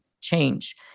change